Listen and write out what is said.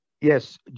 Yes